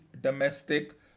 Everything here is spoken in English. domestic